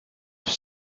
have